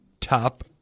top